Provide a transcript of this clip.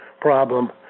problem